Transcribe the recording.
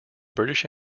british